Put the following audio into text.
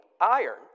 iron